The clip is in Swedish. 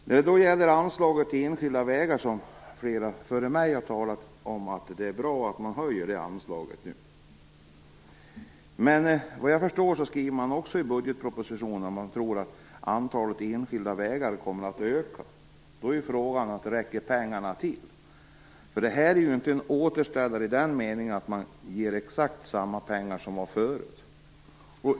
När det gäller anslaget till enskilda vägar har många före mig talat om att det är bra att detta höjs. Men vad jag förstår skriver man också i budgetpropositionen att man tror att antalet enskilda vägar kommer att öka. Då är frågan om pengarna räcker till. Det här är ju inte en återställare i den meningen att man ger exakt lika mycket pengar som förut.